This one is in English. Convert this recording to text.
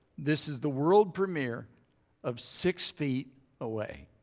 this is the world premiere of six feet away.